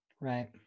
right